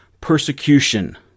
persecution